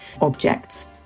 objects